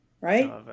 right